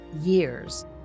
years